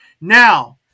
Now